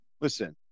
listen